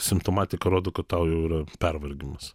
simptomatika rodo kad tau jau yra pervargimas